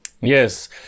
Yes